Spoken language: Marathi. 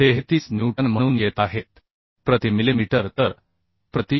33 न्यूटनप्रति मिलिमीटर म्हणून येत आहेत